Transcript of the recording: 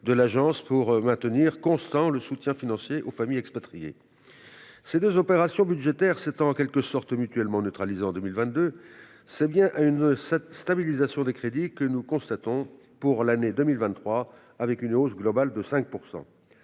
de l'agence pour maintenir constant le soutien financier aux familles expatriées. Ces deux opérations budgétaires s'étant en quelque sorte « mutuellement neutralisées » en 2022, c'est bien une stabilisation des crédits que nous constatons pour l'année 2023, avec une hausse globale de 5 %.